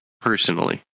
personally